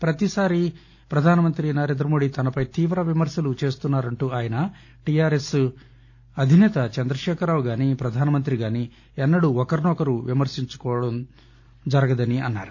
ప్రతిసారి ప్రధానమంత్రి నరేంద్రమోదీ తనపై తీవ్ర విమర్శలు చేస్తున్నారంటూ ఆయన టీఆర్ఎస్ అధినేత చంద్రశేఖర్ రావును గానీ ప్రధానమంత్రి గానీ ఎన్నడూ ఒకరినొకరు విమర్శించుకోలేదని అన్నారు